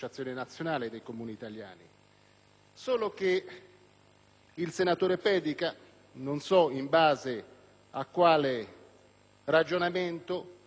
è che il senatore Pedica - non so in base a quale ragionamento - ha